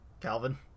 Calvin